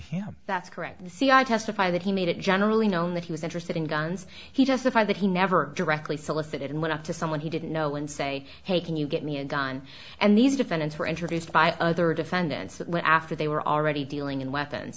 him that's correct see i testify that he made it generally known that he was interested in guns he testified that he never directly solicited and went up to someone he didn't know and say hey can you get me a gun and these defendants were introduced by other defendants that went after they were already dealing in weapons